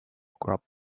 grub